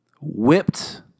whipped